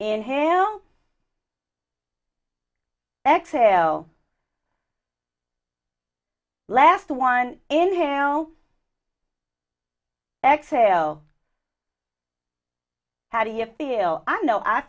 inhale exhale last one inhale exhale how do you feel i know i